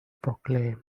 proclaimed